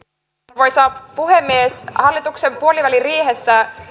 arvoisa puhemies hallituksen puoliväliriihessä